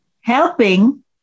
helping